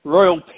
Royal